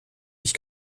ich